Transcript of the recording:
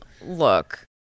look